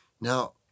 Now